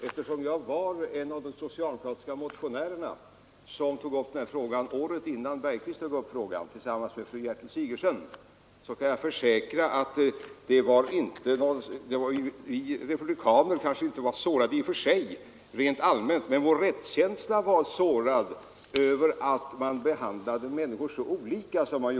Eftersom jag var en av de socialdemokratiska motionärer som tillsammans med fru Gertrud Sigurdsen tog upp denna fråga året innan herr Bergqvist gjorde det kan jag försäkra, att ”republikanerna” inte var sårade rent allmänt, men vår rättskänsla var sårad då det är uppenbart att människor behandlades så olika i detta sammanhang.